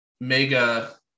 mega